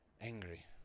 angry